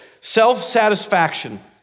Self-satisfaction